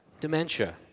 dementia